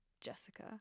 Jessica